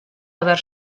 haber